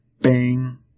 bang